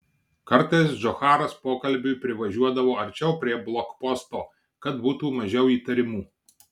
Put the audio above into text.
kartais džocharas pokalbiui privažiuodavo arčiau prie blokposto kad būtų mažiau įtarimų